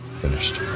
Finished